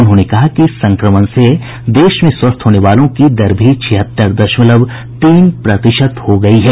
उन्होंने कहा कि संक्रमण से देश में स्वस्थ होने वालों की दर भी छिहत्तर दशमलव तीन प्रतिशत हो गयी है